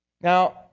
Now